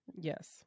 Yes